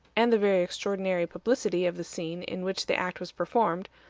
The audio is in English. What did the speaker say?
and the very extraordinary publicity of the scene in which the act was performed,